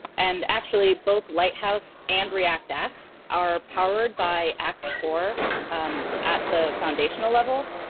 and, actually, both lighthouse and react-axe are powered by axe-core at the foundational level,